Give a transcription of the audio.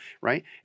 right